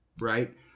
right